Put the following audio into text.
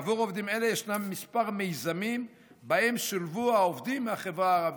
עבור עובדים אלה יש כמה מיזמים שבהם שולבו העובדים מהחברה הערבית: